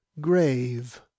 grave